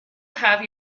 have